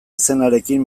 izenarekin